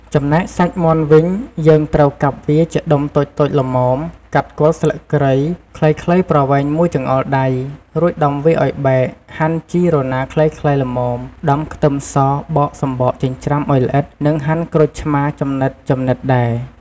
ចំណែកសាច់មាន់វិញ យើងត្រូវកាប់វាជាដុំតូចៗល្មម កាត់គល់ស្លឹកគ្រៃខ្លីៗប្រវែងមួយចង្អុលដៃ រួចដំវាឱ្យបែក ហាន់ជីរណារខ្លីៗល្មម ដំខ្ទឹមស បកសំបកចិញ្ច្រាំឲ្យល្អិត និងហាន់ក្រូចឆ្មាចំណិតៗដែរ។